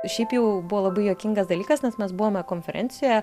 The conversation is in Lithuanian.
šiaip jau buvo labai juokingas dalykas nes mes buvome konferencijoje